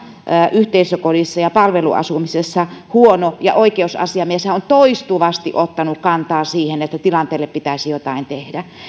yhteisökodissa ja palveluasumisessa huono ja oikeusasiamieshän on toistuvasti ottanut kantaa siihen että tilanteelle pitäisi jotain tehdä